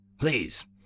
Please